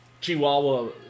Chihuahua